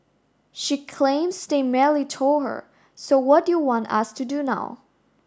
she claims they merely told her so what do you want us to do now